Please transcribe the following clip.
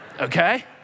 Okay